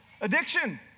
Addiction